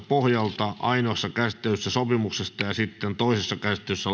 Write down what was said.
pohjalta ainoassa käsittelyssä sopimuksesta ja sitten toisessa käsittelyssä